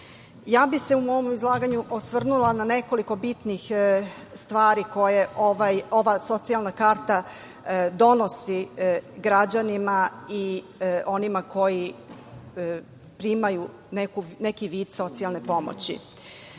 ja bih se osvrnula na nekoliko bitnih stvari koje ova Socijalna karta donosi građanima i onima koji primaju neki vid socijalne pomoći. Ovo